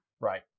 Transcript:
Right